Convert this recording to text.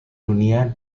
dunia